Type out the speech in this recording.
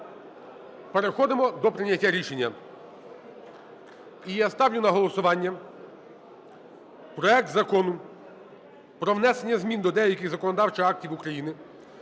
переходимо до прийняття рішення. І я ставлю на голосування проект Закону про внесення змін до деяких законодавчих актів України